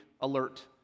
alert